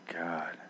God